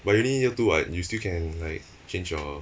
but you only year two [what] you still can like change your